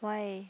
why